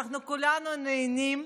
אנחנו כולנו נהנים.